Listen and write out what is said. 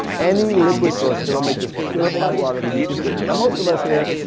any liquid source, it'll make this purified water, that you can drink. now most of us here,